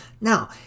Now